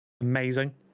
Amazing